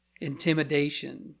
intimidation